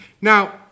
Now